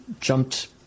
jumped